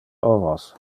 ovos